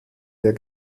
der